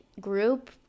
group